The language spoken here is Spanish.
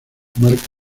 marca